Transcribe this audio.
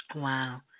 Wow